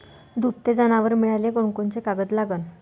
दुभते जनावरं मिळाले कोनकोनचे कागद लागन?